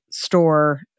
Store